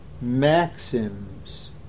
maxims